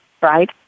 right